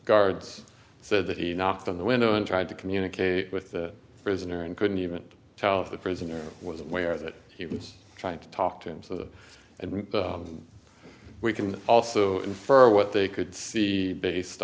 guards said that he knocked on the window and tried to communicate with the prisoner and couldn't even tell if the prisoner was aware that he was trying to talk to him so that and we can also infer what they could see based